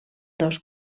dos